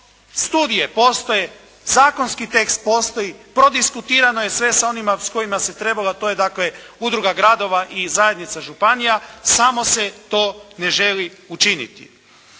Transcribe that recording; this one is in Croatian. studije postoje, zakonski tekst postoji, prodiskutirano je sve sa onima s kojima se trebalo, a to je dakle Udruga gradova i Zajednica županija samo se to ne želi učiniti.